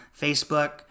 Facebook